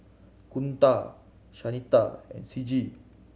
Kunta Shanita and Ciji